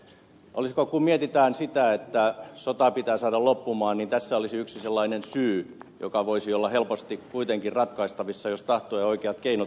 olisiko tässä kun mietitään sitä että sota pitää saada loppumaan yksi sellainen asia joka voisi olla helposti kuitenkin ratkaistavissa jos tahtoo ja oikeat keinot löytyvät